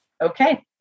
okay